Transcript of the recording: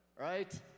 right